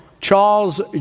Charles